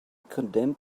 condemned